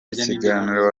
ikiganiro